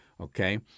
okay